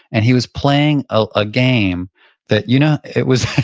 and he was playing a game that you know it was